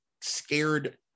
scared